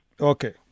Okay